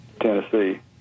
Tennessee